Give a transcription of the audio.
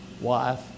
wife